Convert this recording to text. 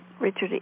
Richard